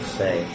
say